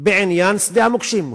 בעניין שדה המוקשים.